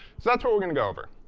so that's what we're going to go over.